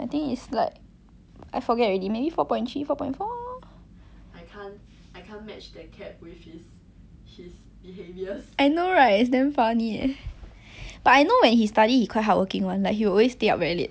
I know right it's damn funny eh but I know when he study he quite hardworking [one] like he will always stay up very late to study that's part of his lack of sleep problems but I don't know but true lah that time I also feel like he very nua